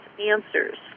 answers